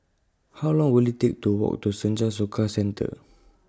How Long Will IT Take to Walk to Senja Soka Center